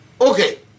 Okay